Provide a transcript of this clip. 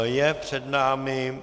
Je před námi...